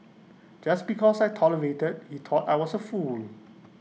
just because I tolerated he thought I was A fool